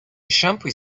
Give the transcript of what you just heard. shampoo